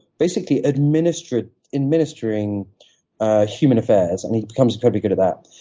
basically administering administering ah human affairs, and he becomes very good at that.